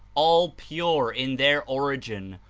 all pure in their origin,